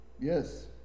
Yes